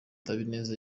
habineza